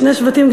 שני שבטים,